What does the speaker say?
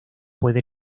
puede